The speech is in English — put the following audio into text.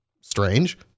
Strange